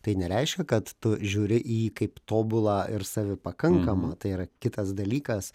tai nereiškia kad tu žiūri į jį kaip tobulą ir savipakankamą tai yra kitas dalykas